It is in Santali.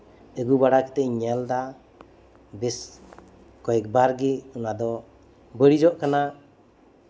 ᱟᱹᱜᱩ ᱵᱟᱲᱟᱭ ᱠᱟᱛᱮᱧ ᱧᱮᱞᱫᱟ ᱵᱮᱥ ᱠᱚᱭᱮᱠᱵᱟᱨ ᱜᱮ ᱚᱱᱟᱫᱚ ᱵᱟᱹᱲᱤᱡᱚᱜ ᱠᱟᱱᱟ